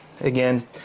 again